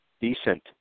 decent